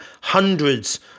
hundreds